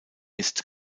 ist